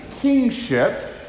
kingship